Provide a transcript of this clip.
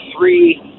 three